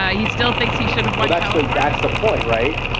yeah he still thinks he should have why not? that's the point, right?